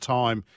time